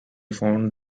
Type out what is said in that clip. found